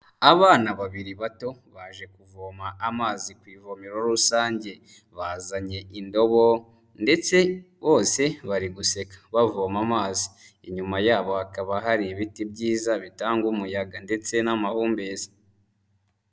Abana babiri bato, baje kuvoma amazi ku ivomero rusange, bazanye indobo ndetse bose bari guseka, bavoma amazi, inyuma yabo hakaba hari ibiti byiza bitanga umuyaga ndetse n'amahumbezi.